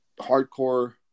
hardcore